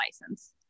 license